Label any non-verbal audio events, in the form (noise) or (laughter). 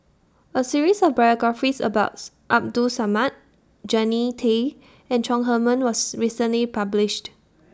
A series of biographies about (noise) Abdul Samad Jannie Tay and Chong Heman was recently published